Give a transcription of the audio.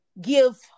give